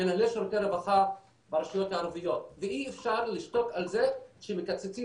שיהיו שירותי רווחה ברשויות הערביות ואי אפשר לשתוק על זה שמקצצים